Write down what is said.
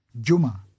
Juma